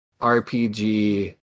RPG